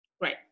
Right